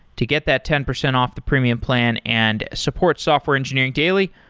to get that ten percent off the premium plan and support software engineering daily,